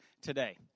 today